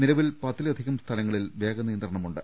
നിലവിൽ പത്തിലധികം സ്ഥലങ്ങളിൽ വേഗനിയന്ത്രണമുണ്ട്